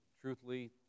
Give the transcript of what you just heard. truthfully